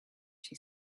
she